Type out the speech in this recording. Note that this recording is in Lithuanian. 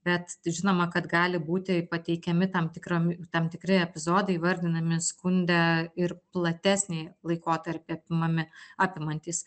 bet žinoma kad gali būti pateikiami tam tikram tam tikri epizodai įvardinami skunde ir platesnį laikotarpį apimami apimantys